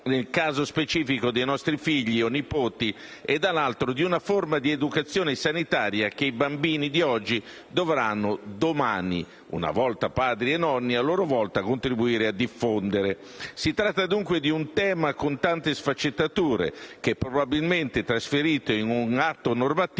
nel caso specifico dei nostri figli o nipoti - e, dall'altro, di una forma di educazione sanitaria che i bambini di oggi dovranno domani, una volta padri e nonni, a loro volta contribuire a diffondere. Si tratta, dunque, di un tema con tante sfaccettature che probabilmente, trasferito in un atto normativo,